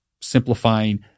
simplifying